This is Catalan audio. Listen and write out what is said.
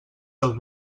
del